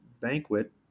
banquet